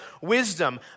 wisdom